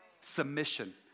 Submission